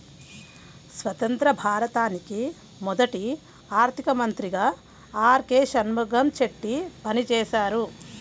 స్వతంత్య్ర భారతానికి మొదటి ఆర్థిక మంత్రిగా ఆర్.కె షణ్ముగం చెట్టి పనిచేసారు